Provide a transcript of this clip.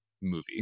movie